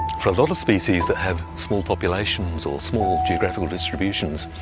for a lot of species that have small populations or small geographical distributions,